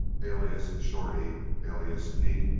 alias shorty, alias pete,